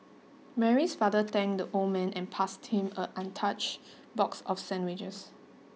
Mary's father thanked the old man and passed him an untouched box of sandwiches